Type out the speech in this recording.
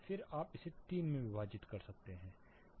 फिर आप इसे 3 में विभाजित कर सकते हैं